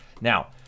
now